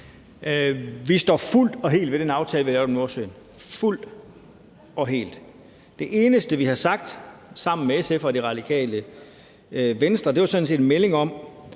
Vi står fuldt og helt ved den aftale, vi har lavet om Nordsøen – fuldt og helt. Det eneste, vi har sagt sammen med SF og Radikale Venstre var sådan set, at vi kom